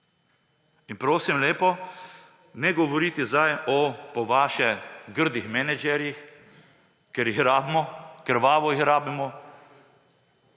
Prosim lepo, ne govoriti zdaj o po vašem grdih menedžerjih, ker jih rabimo, krvavo jih rabimo.